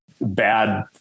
bad